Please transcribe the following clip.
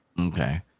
Okay